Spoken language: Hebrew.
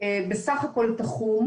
בסך הכול תחום,